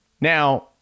Now